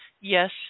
yes